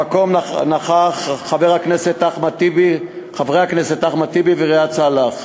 במקום נכחו חבר הכנסת אחמד טיבי וראאד סלאח.